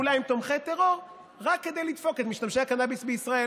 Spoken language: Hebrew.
ולשתף פעולה עם תומכי טרור רק כדי לדפוק את משתמשי הקנביס בישראל.